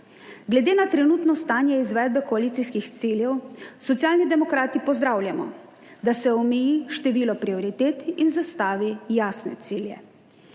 Glede na trenutno stanje izvedbe koalicijskih ciljev Socialni demokrati pozdravljamo, da se omeji število prioritet in zastavi jasne cilje.